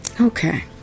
Okay